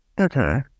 okay